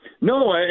No